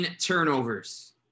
turnovers